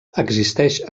existeix